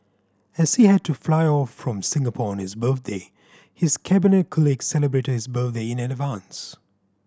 as he had to fly off from Singapore on his birthday his Cabinet colleagues celebrated his birthday in advance